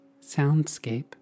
Soundscape